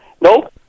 Nope